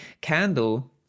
candle